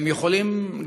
הם יכולים,